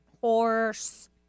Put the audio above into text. horse